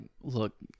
look